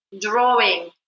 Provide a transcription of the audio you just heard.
drawing